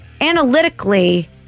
analytically